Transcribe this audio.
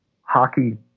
hockey